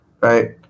right